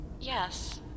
Yes